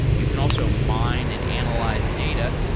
you can also mine and analyze data,